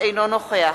אינו נוכח